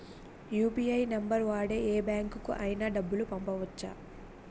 UPI number వాడి యే బ్యాంకుకి అయినా డబ్బులు పంపవచ్చ్చా?